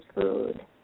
food